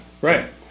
Right